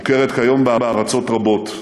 מוכרת כיום בארצות רבות.